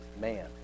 man